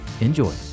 enjoy